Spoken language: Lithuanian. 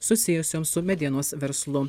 susijusioms su medienos verslu